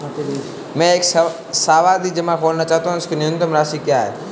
मैं एक सावधि जमा खोलना चाहता हूं इसकी न्यूनतम राशि क्या है?